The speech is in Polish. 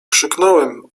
krzyknąłem